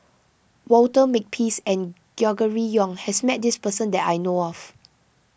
Walter Makepeace and Gregory Yong has met this person that I know of